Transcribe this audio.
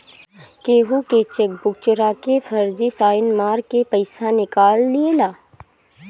केहू के चेकबुक चोरा के फर्जी साइन मार के पईसा निकाल लियाला